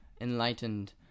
enlightened